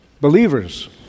believers